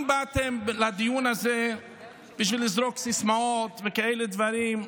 אם באתם לדיון הזה בשביל לזרוק סיסמאות וכאלה דברים,